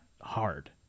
hard